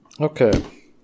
Okay